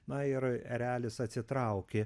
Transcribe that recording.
na ir erelis atsitraukė